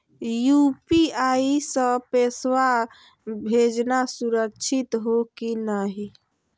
UPI स पैसवा भेजना सुरक्षित हो की नाहीं?